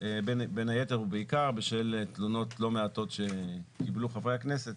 בין היתר ובעיקר בשל תלונות לא מעטות שקיבלו חברי הכנסת